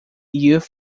youth